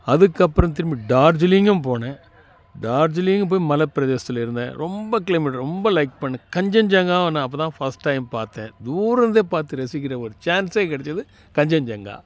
அதுக்கப்புறம் திரும்பி டார்ஜிலிங்கும் போனேன் டார்ஜிலிங்கும் போய் மலை பிரதேசத்தில் இருந்தேன் ரொம்ப க்ளைமேட் ரொம்ப லைக் பண்ணேன் கஞ்சன்ஜங்காவும் நான் அப்போதான் ஃபர்ஸ்ட் டைம் பார்த்தேன் தூர இருந்தே பார்த்து ரசிக்கிற ஒரு சான்சே கிடச்சிது கஞ்சன்ஜங்கா